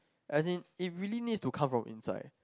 as in it really need to come from inside